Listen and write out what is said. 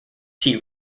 tea